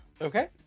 Okay